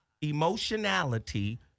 emotionality